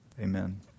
Amen